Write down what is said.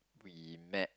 we met